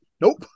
Nope